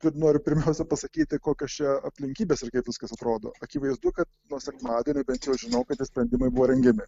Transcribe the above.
bet noriu pirmiausia pasakyti kokios čia aplinkybės ir kaip viskas atrodo akivaizdu kad nuo sekmadienio bent jau aš žinau kad tie sprendimai buvo rengiami